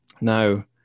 now